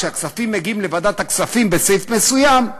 כשהכספים מגיעים לוועדת הכספים בסעיף מסוים,